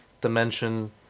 dimension